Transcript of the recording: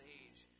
age